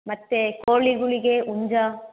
ಮತ್ತೆ ಕೋಳಿಗಳಿಗೆ ಹುಂಜ